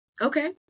Okay